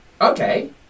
Okay